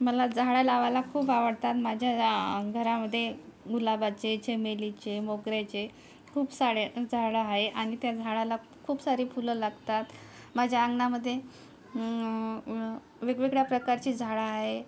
मला झाडं लावाला खूप आवडतात माझ्या घरामध्ये गुलाबाचे चमेलीचे मोगऱ्याचे खूप सारे झाडं आहे आणि त्या झाडाला खूप सारी फुलं लागतात माझ्या अंगणामध्ये वेगवेगळ्या प्रकारची झाडं आहे